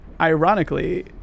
ironically